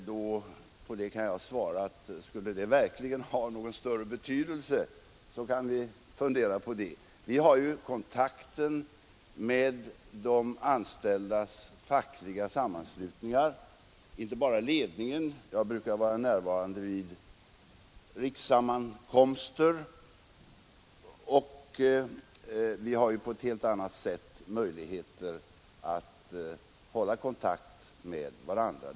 På det kan jag svara att om en sådan konferens verkligen skulle ha någon större betydelse kan vi väl överväga att anordna en sådan. Vi har kontakt med de anställdas fackliga sammanslutningar och inte bara med ledningen; jag brukar vara närvarande vid rikssammankomster, och vi har en ganska god kontakt med varandra.